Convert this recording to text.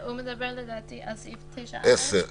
הוא מדבר לדעתי על סעיף 9(א).